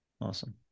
Awesome